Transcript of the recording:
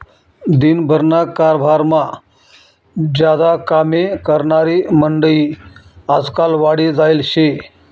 दिन भरना कारभारमा ज्यादा कामे करनारी मंडयी आजकाल वाढी जायेल शे